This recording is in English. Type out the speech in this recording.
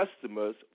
customers